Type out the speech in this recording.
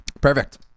Perfect